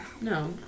No